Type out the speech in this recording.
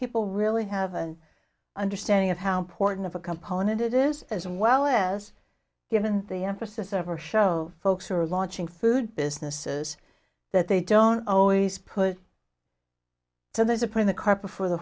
people really have an understanding of how important of a component it is as well as given the emphasis of our show folks are launching food businesses that they don't always put to there's a printed copy for the